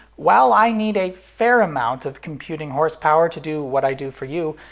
while i need a fair amount of computing horsepower to do what i do for you,